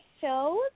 shows